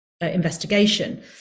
investigation